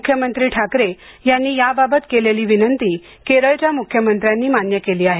मुख्यमंत्री ठाकरे यांनी याबाबत केलेली विनंती केरळच्या मुख्यमंत्र्यांनी मान्य केली आहे